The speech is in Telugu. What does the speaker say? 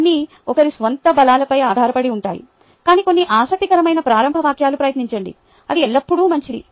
ఇవన్నీ ఒకరి స్వంత బలాలపై ఆధారపడి ఉంటాయి కానీ కొన్ని ఆసక్తికరమైన ప్రారంభ వ్యాఖ్యలు ప్రయత్నించండి అది ఎల్లప్పుడూ మంచిది